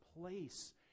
place